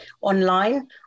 online